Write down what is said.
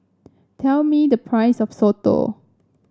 tell me the price of soto